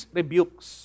rebukes